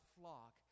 flock